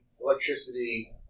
electricity